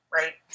right